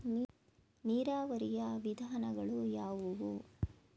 ನೀರಾವರಿಯ ವಿಧಾನಗಳು ಯಾವುವು?